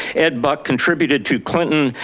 ed buck contributed to clinton,